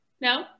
No